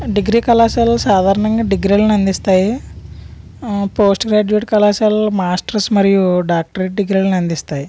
degree కళాశాలలు సాధారణంగా డిగ్రీలను అందిస్తాయి పోస్ట్ గ్రాడ్యుయేట్ కళాశాలలు మాస్టర్స్ మరియు డాక్టరేట్ డిగ్రీలను అందిస్తాయి